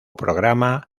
programa